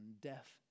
death